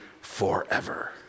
forever